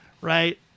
right